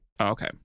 Okay